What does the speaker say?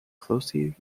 closely